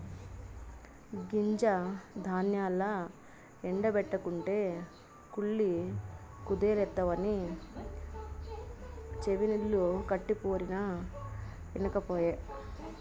గింజ ధాన్యాల్ల ఎండ బెట్టకుంటే కుళ్ళి కుదేలైతవని చెవినిల్లు కట్టిపోరినా ఇనకపాయె